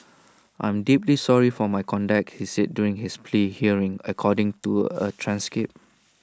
I am deeply sorry for my conduct he said during his plea hearing according to A transcript